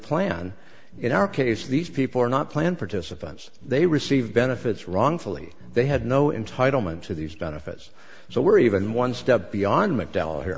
plan in our case these people are not planned participants they receive benefits wrongfully they had no entitle me to these benefits so we're even one step beyond mcdowell here